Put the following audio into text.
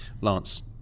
Lance